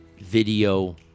video